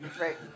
Right